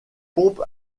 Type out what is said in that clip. pompes